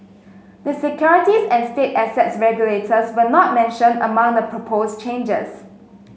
the securities and state assets regulators were not mentioned among the proposed changes